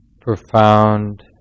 profound